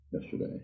yesterday